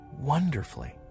wonderfully